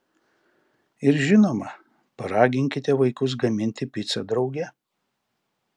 ir žinoma paraginkite vaikus gaminti picą drauge